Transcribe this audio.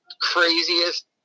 craziest